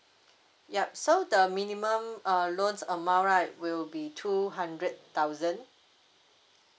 yup so the minimum uh loan amount right will be two hundred thousand